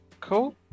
Cool